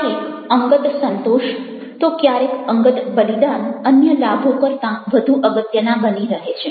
ક્યારેક અંગત સંતોષ તો ક્યારેક અંગત બલિદાન અન્ય લાભો કરતાં વધુ અગત્યના બની રહે છે